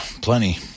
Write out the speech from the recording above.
plenty